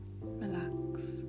relax